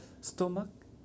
stomach